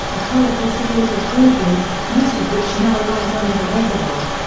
a colorful series of gorges, most of which now lies under the reservoir.